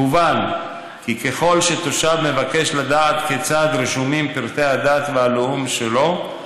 מובן כי ככל שתושב מבקש לדעת כיצד רשומים פרטי הדת והלאום שלו,